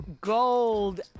gold